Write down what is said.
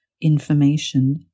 information